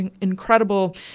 incredible